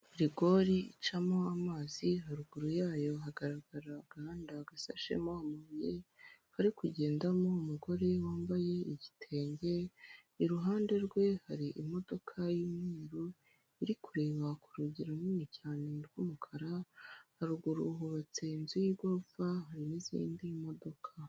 Rigori icamo amazi haruguru yayo hagaragara ahgahanda gashashemo amabuye kari kugendamo umugore wambaye igitenge iruhande rwe hari imodoka y'umweru iri kureba ku rugi runini cyane rw'umukara, haruguru hubatse inzu y'igorofa hari n'izindi modoka.